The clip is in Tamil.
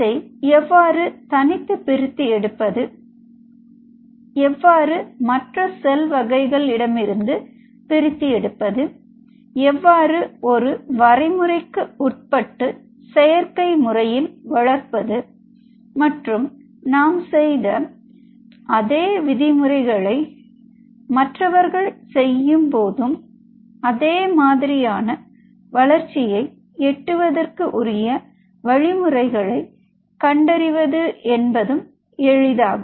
அதை எவ்வாறு தனித்து பிரித்து எடுப்பது அதை எவ்வாறு மற்ற செல்கள் வகைகள் இடமிருந்து பிரித்து எடுப்பது அதை எவ்வாறு ஒரு வரைமுறைக்கு உட்பட்டு செயற்கை முறையில் வளர்ப்பது மற்றும் நாம் செய்த அதே விதிமுறைகளை மற்றவர்கள் செய்யும் போதும் அதே மாதிரியான வளர்ச்சியை எட்டுவதற்கு உரிய வழிமுறைகளை கண்டறிவது என்பதும் எளிதாகும்